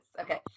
okay